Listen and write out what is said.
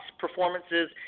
performances